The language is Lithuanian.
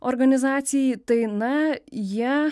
organizacijai tai na jie